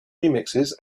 remixes